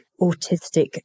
autistic